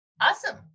Awesome